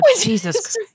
Jesus